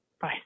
Bye